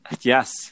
Yes